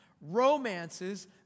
romances